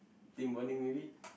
team bonding maybe